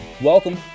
welcome